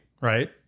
right